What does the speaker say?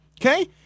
Okay